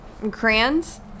Crayons